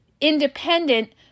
independent